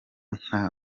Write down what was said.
nta